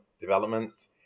development